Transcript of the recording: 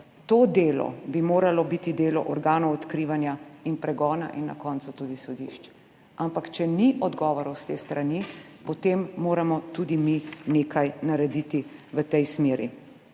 da bi moralo biti to delo delo organov odkrivanja in pregona in na koncu tudi sodišč, ampak če ni odgovorov s te strani, potem moramo tudi mi nekaj narediti v tej smeri,